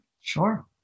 Sure